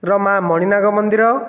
ର ମାଁ ମଣିନାଗ ମନ୍ଦିର